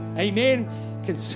Amen